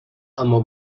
اما